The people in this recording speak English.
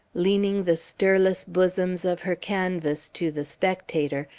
leaning the stirless bosoms of her canvas to the spectator,